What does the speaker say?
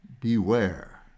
beware